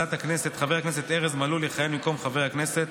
בוועדת הכנסת חבר הכנסת ארז מלול יכהן במקום חבר הכנסת